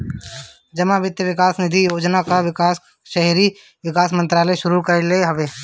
जमा वित्त विकास निधि योजना कअ विकास शहरी विकास मंत्रालय शुरू कईले हवे